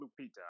Lupita